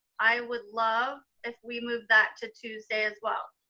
i would love if we moved that to tuesday as well.